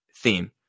theme